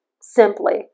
simply